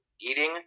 eating